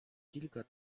kilka